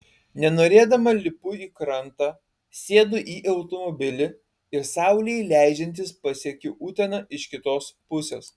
nenorėdama lipu į krantą sėdu į automobilį ir saulei leidžiantis pasiekiu uteną iš kitos pusės